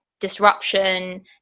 disruption